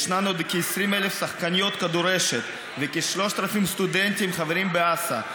וישנן עוד כ-20,000 שחקניות כדורשת וכ-3,000 סטודנטים החברים באס"א,